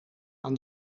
aan